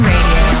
Radio